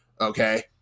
okay